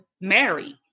married